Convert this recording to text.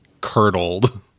curdled